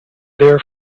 their